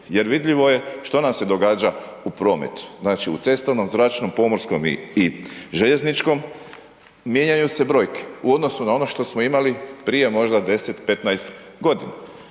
jer vidljivo je što nam se događa u prometu, znači u cestovnom, zračnom, pomorskom i, i željezničkom mijenjaju se brojke u odnosu na ono što smo imali prije možda 10. 15.g.